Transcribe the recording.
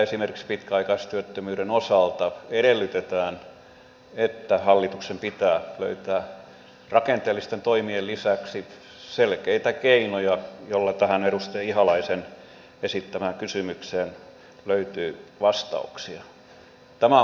esimerkiksi pitkäaikaistyöttömyyden osalta edellytetään että hallituksen pitää löytää rakenteellisten toimien lisäksi selkeitä keinoja joilla tähän edustaja ihalaisen esittämään kysymykseen löytyy vastauksia